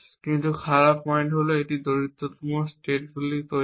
কিন্তু খারাপ পয়েন্ট হল এটি দরিদ্রতম স্টেটগুলি তৈরি করে